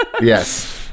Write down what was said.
yes